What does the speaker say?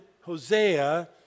Hosea